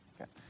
Okay